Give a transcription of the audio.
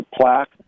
plaque